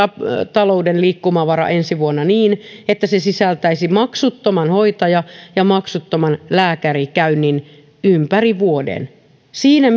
talouden liikkumavara ensi vuonna niin että se sisältäisi maksuttoman hoitaja ja maksuttoman lääkärikäynnin ympäri vuoden siinä